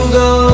go